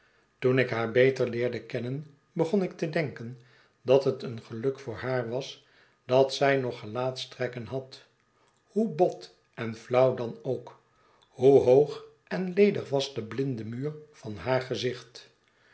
toen ik haar beter leerde kennen begon ik te denken dat het een geluk voor haar was dat zij nog gelaatstrekken had hoe bot en flauw dan ook zoo hoog en ledig was de blinde muur van haar gezicht